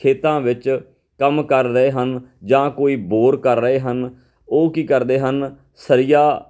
ਖੇਤਾਂ ਵਿੱਚ ਕੰਮ ਕਰ ਰਹੇ ਹਨ ਜਾਂ ਕੋਈ ਬੋਰ ਕਰ ਰਹੇ ਹਨ ਉਹ ਕੀ ਕਰਦੇ ਹਨ ਸਰੀਆ